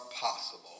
possible